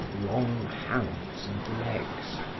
long hands and legs.